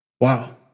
Wow